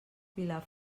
pilar